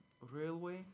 Railway